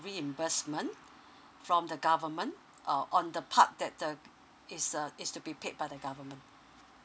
reimbursement from the government uh on the part that the is uh is to be paid by the government